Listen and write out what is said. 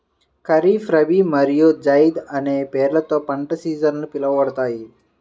ఖరీఫ్, రబీ మరియు జైద్ అనే పేర్లతో పంట సీజన్లు పిలవబడతాయి